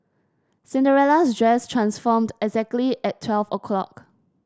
Cinderella's dress transformed exactly at twelve o' clock